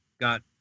got